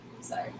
Sorry